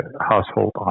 household